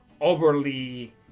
overly